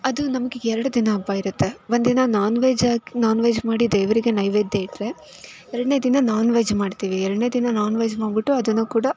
ಅದು ನಮಗೆ ಎರಡು ದಿನ ಹಬ್ಬ ಇರುತ್ತೆ ಒಂದಿನ ನಾನ್ ವೆಜ್ ಹಾಕಿ ನಾನ್ ವೆಜ್ ಮಾಡಿ ದೇವರಿಗೆ ನೈವೇದ್ಯ ಇಟ್ಟರೆ ಎರಡನೇ ದಿನ ನಾನ್ ವೆಜ್ ಮಾಡ್ತೀವಿ ಎರಡನೇ ದಿನ ನಾನ್ ವೆಜ್ ಮಾಡಿಬಿಟ್ಟು ಅದನ್ನು ಕೂಡ